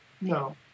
no